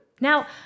Now